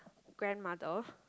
grandmother